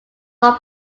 law